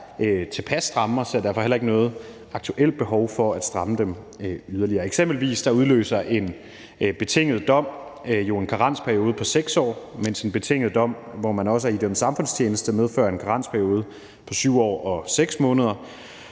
tilpas stramme, og ser derfor heller ikke noget aktuelt behov for at stramme dem yderligere. Eksempelvis udløser en betinget dom jo en karensperiode på 6 år, mens en betinget dom, hvor man også er idømt samfundstjeneste, medfører en karensperiode på 7 år og 6 måneder.